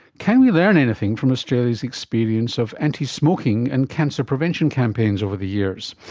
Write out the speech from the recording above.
can we learn anything from australia's experience of anti-smoking and cancer prevention campaigns over the years?